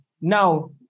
now